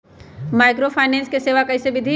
Microfinance के सेवा कइसे विधि?